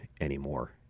anymore